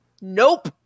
Nope